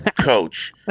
coach